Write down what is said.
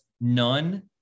none